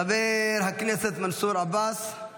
חבר הכנסת מנסור עבאס, מוותר.